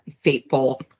fateful